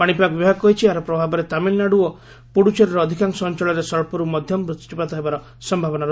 ପାଣିପାଗ ବିଭାଗ କହିଛି ଏହାର ପ୍ରଭାବରେ ତାମିଲ୍ନାଡୁ ଓ ପୁଦୁଚେରୀର ଅଧିକାଂଶ ଅଞ୍ଚଳରେ ସ୍ୱଚ୍ଚରୁ ମଧ୍ୟମ ବୃଷ୍ଟିପାତ ହେବାର ସମ୍ଭାବନା ରହିଛି